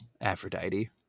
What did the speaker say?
Aphrodite